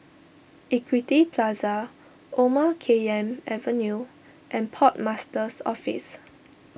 Equity Plaza Omar Khayyam Avenue and Port Master's Office